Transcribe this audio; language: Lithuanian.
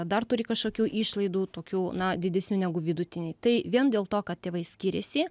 dar turi kažkokių išlaidų tokių na didesnių negu vidutiniai tai vien dėl to kad tėvai skiriasi